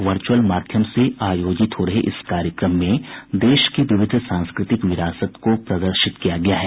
virtual तरीके से आयोजित हो रहे इस कार्यक्रम में देश की विविध सांस्कृतिक विरासत को प्रदर्शित किया गया है